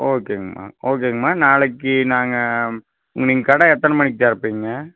ஓகேங்ம்மா ஓகேங்ம்மா நாளைக்கு நாங்கள் நீங்கள் கடை எத்தனை மணிக்கு திறப்பீங்க